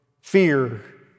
fear